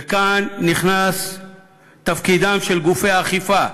וכאן נכנס תפקידם של גופי האכיפה.